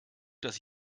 dass